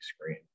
screen